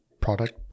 product